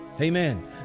amen